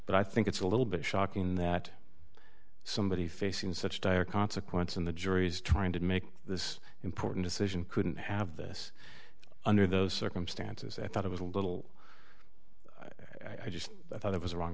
but i think it's a little bit shocking that somebody facing such dire consequence in the jury's trying to make this important decision couldn't have this under those circumstances i thought it was a little i just thought it was a wrong